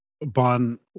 Bon